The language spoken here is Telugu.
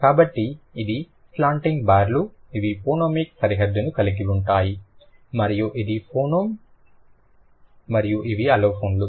కాబట్టి ఇది స్లాంటింగ్ బార్లు ఇవి ఫోనెమిక్ సరిహద్దు కలిగివుంటాయి మరియు ఇది ఫోనోమ్ మరియు ఇవి అలోఫోన్లు